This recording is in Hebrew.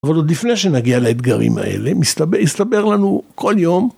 אבל עוד לפני שנגיע לאתגרים האלה, הסתבר לנו כל יום.